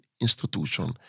institution